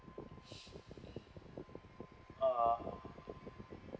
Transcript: uh